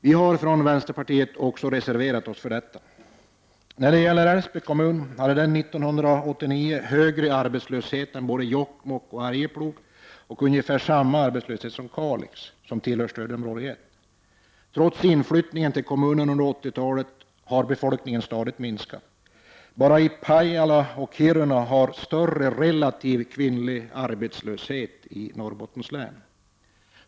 Vi i vänsterpartiet har reserverat oss till förmån härför. Älvsby kommun hade 1989 högre arbetslöshet än såväl Jokkmokk som Arjeplog och ungefär lika hög arbetslöshet som Kalix kommun, som tillhör stödområde 1. Trots den inflyttning till kommunen som skedde under 80 talet har befolkningen stadigt minskat. Det är bara Pajala och Kiruna i länet som har högre arbetslöshet bland kvinnorna.